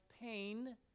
pain